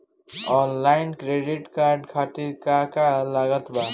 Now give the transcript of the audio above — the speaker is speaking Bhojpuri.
आनलाइन क्रेडिट कार्ड खातिर का का लागत बा?